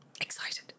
excited